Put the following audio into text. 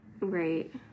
Right